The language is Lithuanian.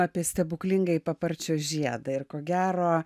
apie stebuklingąjį paparčio žiedą ir ko gero